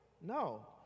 No